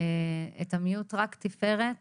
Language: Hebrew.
אוקיי, קוראים לי תפארת